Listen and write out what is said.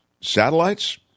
satellites